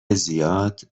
زیاد